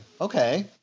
Okay